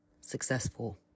successful